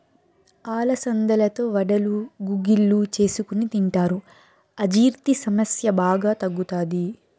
అలసందలతో వడలు, గుగ్గిళ్ళు చేసుకొని తింటారు, అజీర్తి సమస్య బాగా తగ్గుతాది